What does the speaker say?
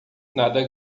nada